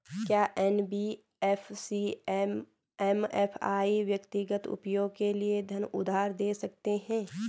क्या NBFC MFI व्यक्तिगत उपयोग के लिए धन उधार दें सकते हैं?